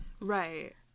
Right